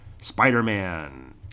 Spider-Man